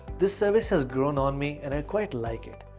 this service has grown on me and i quite like it.